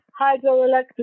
hydroelectric